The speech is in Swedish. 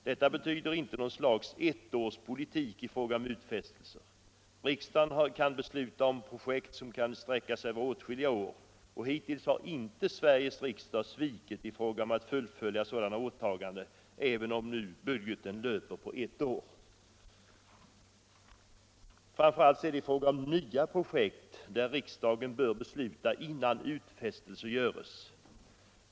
Detta betyder inte något slags ettårspolitik i fråga om utfästelser. Riksdagen kan besluta om projekt som kan sträcka sig över åtskilliga år, och hittills har inte Sveriges riksdag svikit i fråga om att fullfölja sådana åtaganden, även om budgeten löper på ett år. Framför allt är det i fråga om nya projekt som riksdagen bör besluta innan utfästelser görs.